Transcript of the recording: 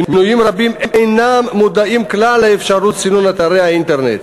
מנויים רבים אינם מודעים כלל לאפשרות סינון אתרי האינטרנט.